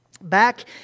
back